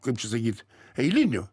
kaip čia sakyt eiliniu